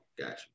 gotcha